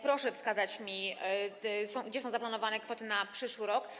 Proszę mi wskazać, gdzie są zaplanowane kwoty na przyszły rok.